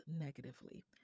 negatively